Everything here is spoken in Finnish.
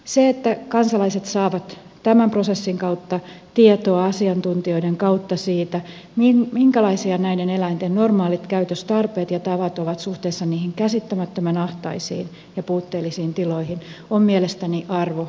se että kansalaiset saavat tämän prosessin kautta tietoa asiantuntijoilta siitä minkälaisia näiden eläinten normaalit käytöstarpeet ja tavat ovat suhteessa niihin käsittämättömän ahtaisiin ja puutteellisiin tiloihin on mielestäni arvo jo sinänsä